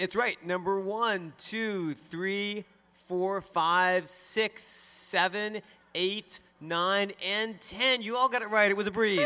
it's right number one two three four five six seven eight nine and ten you all got it right it was a three